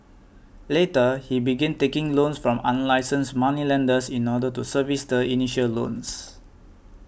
later he began taking loans from unlicensed moneylenders in order to service the initial loans